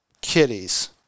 Kitties